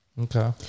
Okay